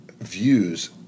views